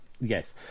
Yes